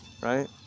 right